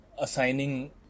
assigning